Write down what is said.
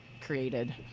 created